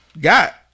got